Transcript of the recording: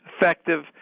effective